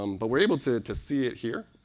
um but we're able to to see it here.